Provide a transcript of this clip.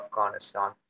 Afghanistan